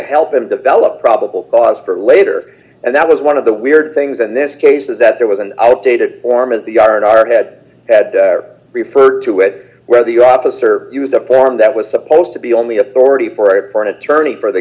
help him develop probable cause for later and that was one of the weird things in this case is that there was an outdated form is the our in our head had referred to it where the officer used a form that was supposed to be only authority for an attorney for the